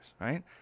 right